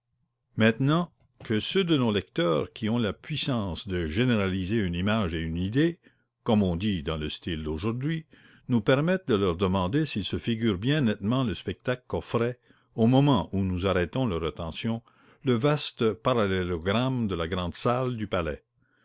maintenant que ceux de nos lecteurs qui ont la puissance de généraliser une image et une idée comme on dit dans le style d'aujourd'hui nous permettent de leur demander s'ils se figurent bien nettement le spectacle qu'offrait au moment où nous arrêtons leur attention le vaste parallélogramme de la grand salle du palais